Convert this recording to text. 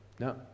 No